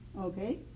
Okay